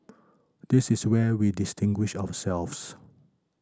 this is where we distinguish ourselves